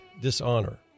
dishonor